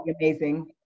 Amazing